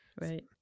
right